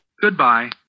Goodbye